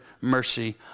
mercy